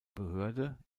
behörde